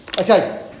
Okay